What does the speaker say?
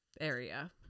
area